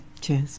Cheers